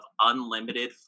unlimited